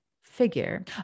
figure